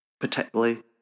particularly